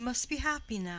you must be happy now.